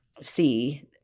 see